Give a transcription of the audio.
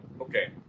Okay